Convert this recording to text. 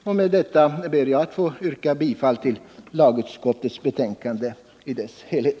Och med detta ber jag att få yrka bifall till lagutskottets hemställan i dess helhet.